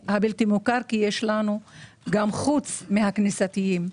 כי יש לנו גם בתי ספר כאלה בנוסף לכנסייתיים.